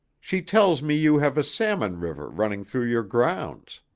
she tells me you have a salmon-river running through your grounds.